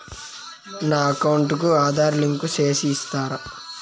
నా అకౌంట్ కు ఆధార్ లింకు సేసి ఇస్తారా?